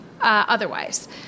otherwise